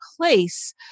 place